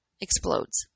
explodes